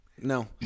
No